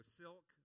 silk